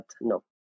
no